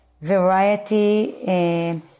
variety